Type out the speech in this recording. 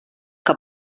que